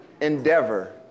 endeavor